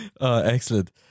excellent